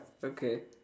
okay